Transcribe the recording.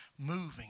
moving